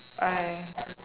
I